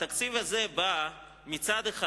התקציב הזה בא מצד אחד